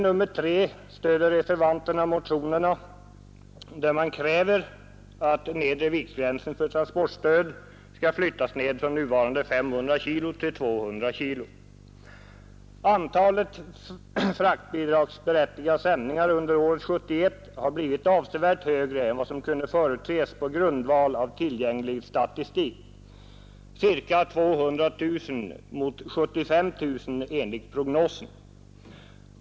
Antalet fraktbidragsberättigade sändningar under året 1971 har blivit avsevärt högre än vad som kunde förutses på grundval av tillgänglig statistik — ca 200 000 mot 75 000 enligt prognoserna.